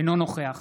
אינו נוכח